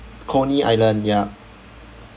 coney island ya